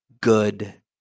good